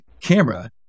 camera